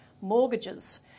mortgages